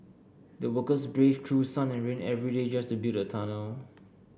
the workers braved through sun and rain every day just to build the tunnel